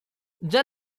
già